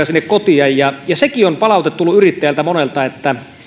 sinne kotia sekin palaute on tullut monelta yrittäjältä että